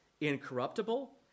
incorruptible